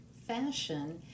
fashion